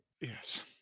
Yes